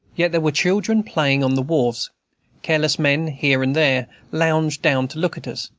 yet there were children playing on the wharves careless men, here and there, lounged down to look at us,